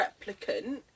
replicant